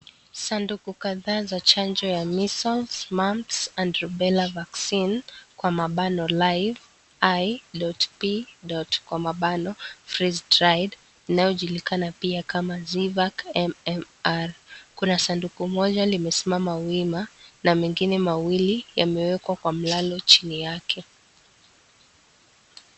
Sanduku kadhaa za chanjo ya measles, mumps and rubella vaccine Kwa mapano life i.p.kwa mapano fresh dried inayojulikana pia kama MMR .kuna sanduku mona limesimama wima na mengine mawili yamewekwa Kwa mlango chini yake.